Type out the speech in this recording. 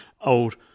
old